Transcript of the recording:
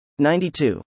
92